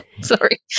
sorry